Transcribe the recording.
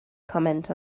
comment